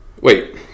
Wait